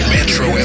Metro